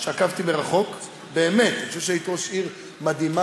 אם הייתה שקיפות ומגבלת הוצאה זה היה נותן פתרון למה שאמרת.